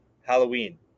Halloween